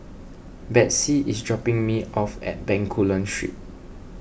Betsey is dropping me off at Bencoolen Street